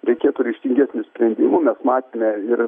reikėtų ryžtingesnių sprendimų mes matėme ir